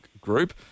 group